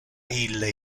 ille